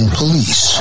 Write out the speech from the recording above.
police